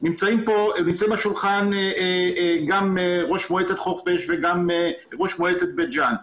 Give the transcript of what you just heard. נמצאים פה סביב השולחן גם ראש מועצת חורפיש וגם ראש מועצת בית-ג'ן.